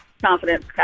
Confidence